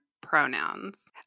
pronouns